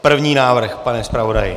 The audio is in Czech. První návrh, pane zpravodaji.